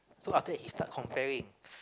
so after that he start comparing